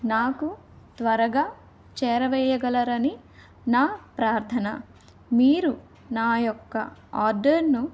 నాకు త్వరగా చేరవేయగలరని నా ప్రార్థన మీరు నా యొక్క ఆర్డర్ను